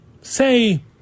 say